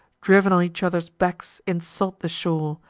driv'n on each other's backs, insult the shore,